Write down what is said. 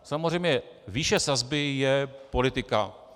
Samozřejmě výše sazby je politika.